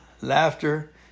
laughter